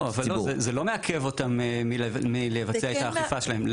אבל זה לא מעכב אותם מלבצע את האכיפה שלהם.